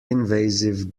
invasive